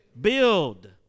Build